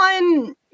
one